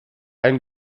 ein